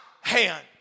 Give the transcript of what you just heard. hand